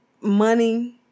money